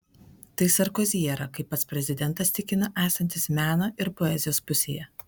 tai sarkozi era kai pats prezidentas tikina esantis meno ir poezijos pusėje